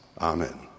Amen